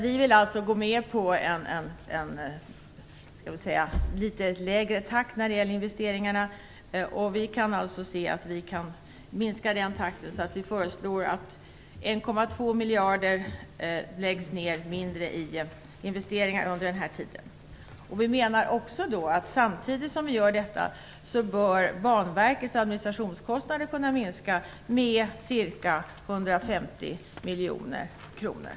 Vi vill alltså gå med på litet lägre takt när det gäller investeringarna. Vi föreslår att 1,2 miljarder mindre läggs ner på investeringar under denna tid. Samtidigt som vi gör detta bör Banverkets administrationskostnader kunna minskas med ca 150 miljoner kronor.